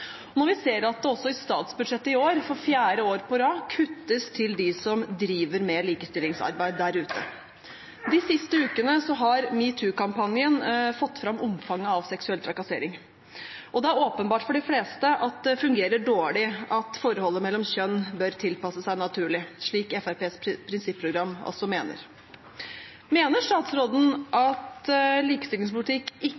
når vi ser at det også i statsbudsjettet i år, for fjerde år på rad, kuttes til dem som driver med likestillingsarbeid der ute. De siste ukene har #metoo-kampanjen fått fram omfanget av seksuell trakassering, og det er åpenbart for de fleste at det fungerer dårlig at forholdet mellom kjønn bør tilpasse seg naturlig, slik man i Fremskrittspartiets prinsipprogram mener. Mener statsråden at likestillingspolitikk ikke